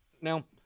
Now